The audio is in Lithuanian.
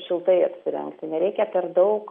šiltai apsirengti nereikia per daug